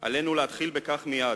עלינו להתחיל בכך מייד,